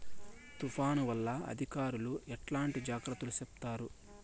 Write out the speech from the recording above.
తుఫాను వల్ల అధికారులు ఎట్లాంటి జాగ్రత్తలు చెప్తారు?